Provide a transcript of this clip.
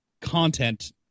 content